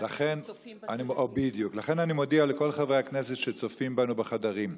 לכן אני מודיע לכל חברי הכנסת שצופים בנו בחדרים: